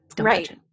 Right